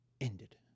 ended